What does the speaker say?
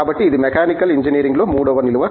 కాబట్టి ఇది మెకానికల్ ఇంజనీరింగ్లో మూడవ నిలువు